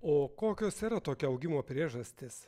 o kokios yra tokio augimo priežastys